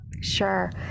Sure